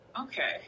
Okay